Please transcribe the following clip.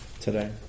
today